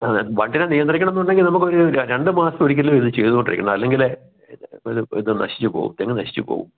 അതെ വണ്ടിയെ നിയന്ത്രിക്കണമെന്നുണ്ടെങ്കിൽ നമുക്ക് ഒരു രണ്ട് മാസത്തിലൊരിക്കൽ ഇത് ചെയ്തു കൊണ്ടിരിക്കണം അല്ലെങ്കിൽ ഇത് നശിച്ചുപോവും തെങ്ങ് നശിച്ചുപോവും